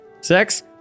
sex